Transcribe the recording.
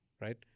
right